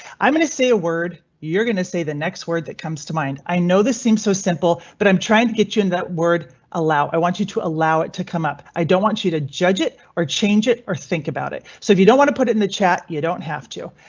i'm going to say a word you're going to say the next word that comes to mind. i know this seems so simple, but i'm trying to get you in that word allow. i want you to allow it to come up. i don't want you to judge it or change it or think about it. so if you don't want to put it in the chat, you don't have to.